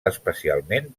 especialment